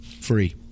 Free